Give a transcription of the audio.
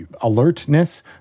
alertness